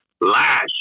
Lash